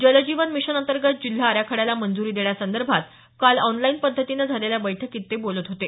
जलजीवन mission अंतर्गत जिल्हा आराखड्याला मंजूरी देण्यासंदर्भात काल ऑनलाईन पध्दतीनं झालेल्या बैठकीत ते बोलत होते